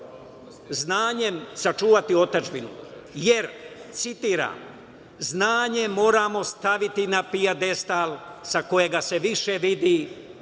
znanjem sačuvati otadžbinu. Jer, citiram, "Znanje moramo staviti na pijedestal sa kojega se više vidi